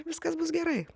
viskas bus gerai